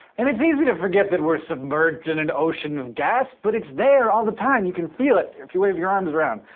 and it's easy to forget that we're submerged in an ocean of gas, but it's there all the time. you can feel it if you wave your arms around.